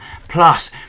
plus